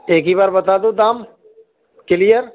ایک ہی بار بتا دوں دام کلیئر